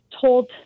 told